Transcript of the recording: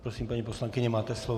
Prosím, paní poslankyně, máte slovo.